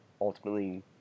ultimately